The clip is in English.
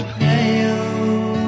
pale